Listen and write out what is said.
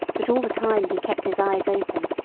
but all the time he kept his eyes open,